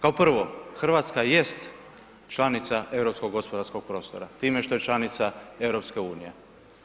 Kao prvo, Hrvatska jest članica europskog gospodarskog prostora time što je članica EU-a.